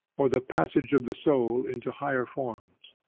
or the passage of the soul into higher forms.